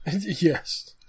Yes